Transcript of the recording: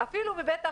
אפילו בבית החולים,